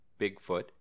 Bigfoot